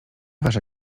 wasza